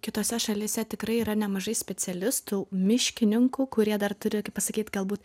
kitose šalyse tikrai yra nemažai specialistų miškininkų kurie dar turi kaip pasakyt gal būt